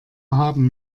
haben